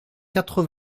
quatre